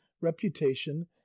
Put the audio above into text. reputation